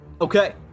Okay